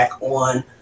on